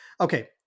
okay